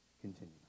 continue